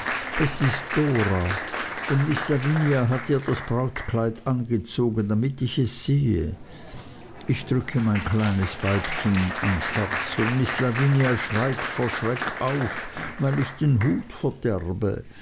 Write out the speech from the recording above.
es ist dora und miß lavinia hat ihr das brautkleid angezogen damit ich es sehe ich drücke mein kleines weibchen ans herz und miß lavinia schreit vor schreck auf weil ich den hut verderbe